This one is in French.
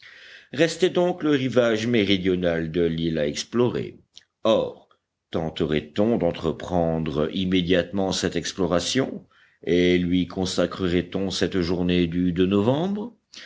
restait donc le rivage méridional de l'île à explorer or tenterait on d'entreprendre immédiatement cette exploration et lui consacrerait on cette journée du novembre